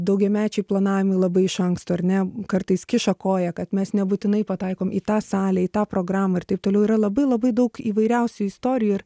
daugiamečiai planavimai labai iš anksto ar ne kartais kiša koją kad mes nebūtinai pataikom į tą salę į tą programą ir taip toliau yra labai labai daug įvairiausių istorijų ir